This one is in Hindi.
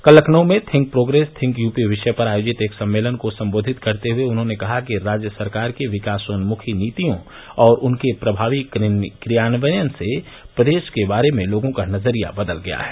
कल लखनऊ में थिंक प्रोग्रेस थिंक यूपी विषय पर आयोजित एक सम्मेलन को संबोधित करते हुए उन्होंने कहा कि राज्य सरकार की विकासोन्मुखी नीतियों और उनके प्रभावी क्रियान्वयन से प्रदेश के बारे में लगों का नज़रिया बदल गया है